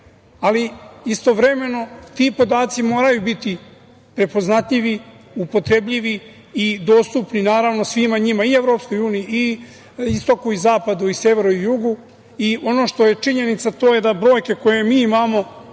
Istovremeno ti podaci moraju biti prepoznatljivi, upotrebljivi i dostupni svima njima, i EU i istoku i zapadu i severu i jugu. Ono što je činjenica to je da brojke koje mi imamo